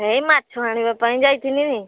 ଏଇ ମାଛ ଆଣିବାପାଇଁ ଯାଇଥିଲି